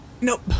Nope